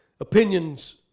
Opinions